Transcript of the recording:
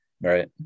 right